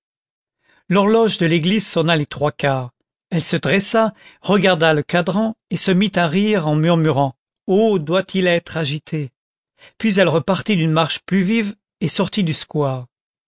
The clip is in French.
l'horloge de l'église sonna les trois quarts elle se dressa regarda le cadran se mit à rire en murmurant oh doit-il être agité puis elle partit d'une marche plus vive et sortit du square